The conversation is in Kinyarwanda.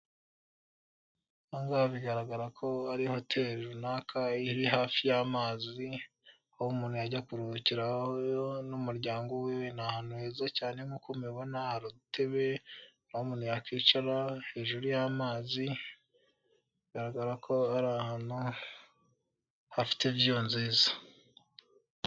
Angaha bigaragara ko ari hotel runaka iri hafi y'amazi aho umuntu yajya kuruhukira n'umuryango we ni ahantu heza cyane nkuko mubibona hari udutebe umuntu yakwicara hejuru y'amazi bigaragara ko ari ahantu hafite viyu nziza.